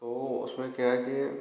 तो उसमें क्या है कि